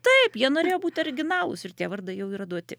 taip jie norėjo būti originalūs ir tie vardai jau yra duoti